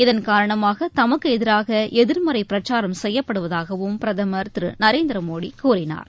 இதன்காரணமாக தமக்கு எதிராக எதிர்மறை பிரச்சாரம் செய்யப்படுவதாகவும் பிரதமர் திரு நரேந்திர மோடி கூறினார்